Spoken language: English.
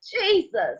Jesus